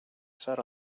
sat